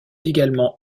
également